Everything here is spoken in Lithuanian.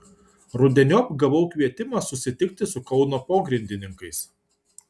rudeniop gavau kvietimą susitikti su kauno pogrindininkais